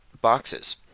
boxes